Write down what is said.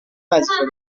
وظیفه